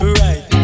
right